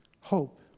Hope